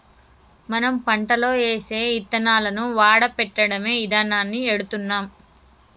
మనం పంటలో ఏసే యిత్తనాలను వాడపెట్టడమే ఇదానాన్ని ఎడుతున్నాం